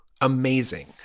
amazing